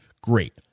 great